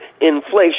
inflation